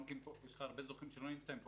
יש לך הרבה זוכים שלא נמצאים פה,